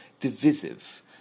divisive